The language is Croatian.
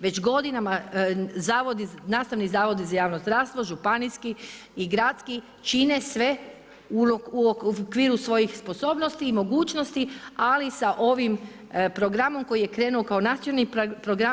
Već godinama nastavni Zavodi za javno zdravstvo, županijski i gradski čine sve u okviru svojih sposobnosti i mogućnosti, ali sa ovim programom koji je krenuo kao nacionalni program.